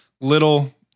little